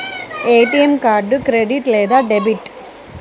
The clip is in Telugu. ఏ.టీ.ఎం కార్డు క్రెడిట్ లేదా డెబిట్?